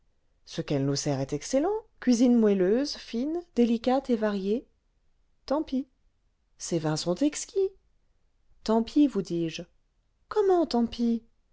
ce qu'elle nous sert est excellent cuisine moelleuse fine débcate et variée tant pis ses vins sont exquis tant pis vous dis-je comment tant pis